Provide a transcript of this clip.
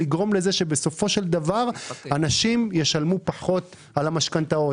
לגרום לזה שבסופו של דבר אנשים ישלמו פחות על המשכנתאות,